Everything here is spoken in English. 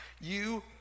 you